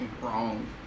wrong